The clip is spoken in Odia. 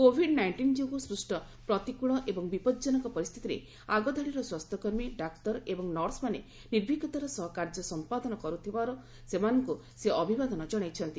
କୋଭିଡ୍ ନାଇଷ୍ଟିନ୍ ଯୋଗୁଁ ସୃଷ୍ଟ ପ୍ରତିକୃଳ ଏବଂ ବିପଜନକ ପରିସ୍ଥିତିରେ ଆଗଧାଡ଼ିର ସ୍ୱାସ୍ଥ୍ୟକର୍ମୀ ଡାକ୍ତର ଏବଂ ନର୍ସମାନେ ନିର୍ଭୀକତାର ସହ କାର୍ଯ୍ୟ ସମ୍ପାଦନ କରୁଥିବାରୁ ସେମାନଙ୍କୁ ସେ ଅଭିବାଦନ ଜଣାଇଛନ୍ତି